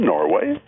Norway